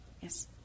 Yes